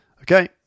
Okay